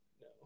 No